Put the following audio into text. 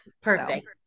Perfect